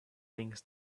thinks